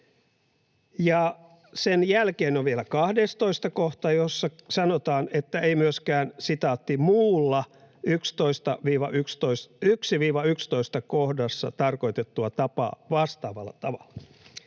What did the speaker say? sen jälkeen on vielä 12 kohta, jossa sanotaan, että ei myöskään ”muulla 1—11 kohdassa tarkoitettua tapaa vastaavalla tavalla”.